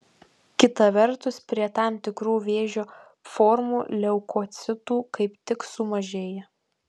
kita vertus prie tam tikrų vėžio formų leukocitų kaip tik sumažėja